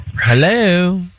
Hello